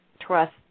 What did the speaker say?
trust